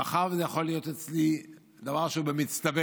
מאחר שזה יכול להיות אצלי דבר שהוא במצטבר,